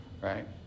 right